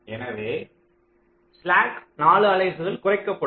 எனவே ஸ்லாக் 4 அலகுகள் குறைக்கப்படும்